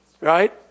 Right